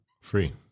Free